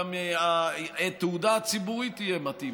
וגם התהודה הציבורית תהיה מתאימה.